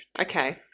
Okay